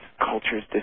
cultures